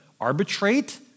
arbitrate